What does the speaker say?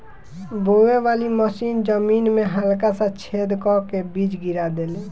बोवे वाली मशीन जमीन में हल्का सा छेद क के बीज गिरा देले